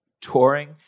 touring